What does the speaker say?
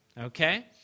okay